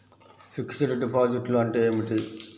Fixed డిపాజిట్లు అంటే ఏమిటి?